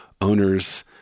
owners